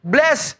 Bless